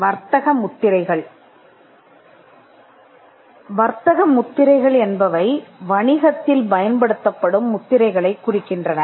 வர்த்தக முத்திரைகள் என்பவை வணிகத்தில் பயன்படுத்தப்படும் முத்திரைகளைக் குறிக்கின்றன